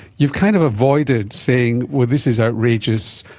you've kind of avoided saying, well, this is outrageous,